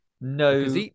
No